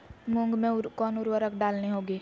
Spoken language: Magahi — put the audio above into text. मूंग में कौन उर्वरक डालनी होगी?